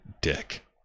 dick